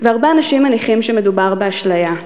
והרבה אנשים מניחים שמדובר באשליה,